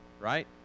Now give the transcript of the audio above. right